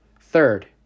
Third